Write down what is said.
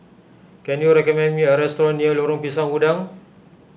can you recommend me a restaurant near Lorong Pisang Udang